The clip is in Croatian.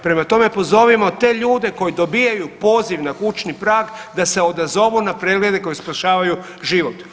Prema tome, pozovimo te ljude koji dobijaju poziv na kućni prag da se odazovu na preglede koji spašavaju život.